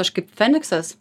aš kaip feniksas